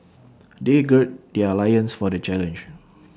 they gird their loins for the challenge